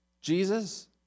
Jesus